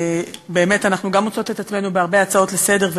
שבאמת אנחנו מוצאות את עצמנו בהרבה הצעות לסדר-היום,